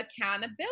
accountability